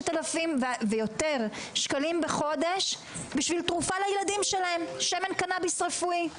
שקלים ויותר בשביל תרופה לילדים שלהם שמן קנאביס רפואי.